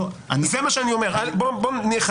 זה מה שאני אומר, ובוא נחדד.